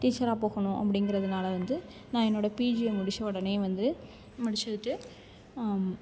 டீச்சராக போகணும் அப்படிங்கிறதுனால வந்து நான் என்னோடய பிஜியை முடித்த உடனே வந்து முடிச்சிட்டு